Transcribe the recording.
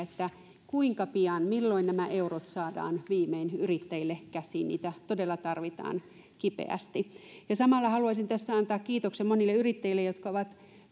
kuinka pian milloin nämä eurot saadaan viimein yrittäjille käsiin niitä todella tarvitaan kipeästi samalla haluaisin tässä antaa kiitoksen monille yrittäjille jotka ovat